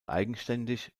eigenständig